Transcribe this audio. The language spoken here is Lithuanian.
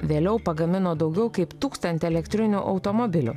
vėliau pagamino daugiau kaip tūkstantį elektrinių automobilių